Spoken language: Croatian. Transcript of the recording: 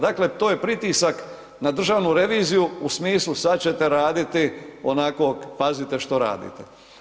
Dakle, to je pritisak na Državnu reviziju u smislu sad ćete raditi onako pazite što radite.